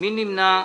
מי נמנע?